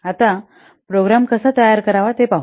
आता प्रोग्रॅम कसा तयार करावा ते पाहू